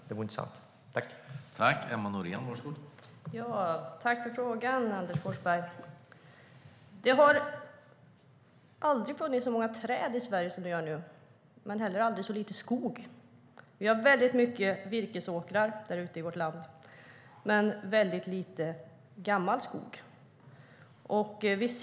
Det vore intressant att få veta.